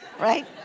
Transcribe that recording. right